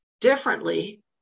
differently